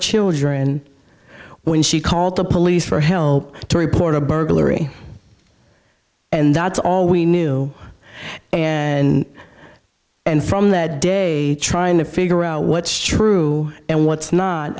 children when she called the police for help to report a burglary and that's all we knew and from that day trying to figure out what's true and what's not